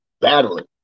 battling